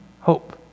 hope